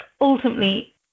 ultimately